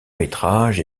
métrage